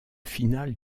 finale